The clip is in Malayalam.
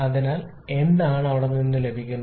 അതിനാൽ എന്താണ് അവിടെ നിന്ന് ലഭിക്കുന്നത്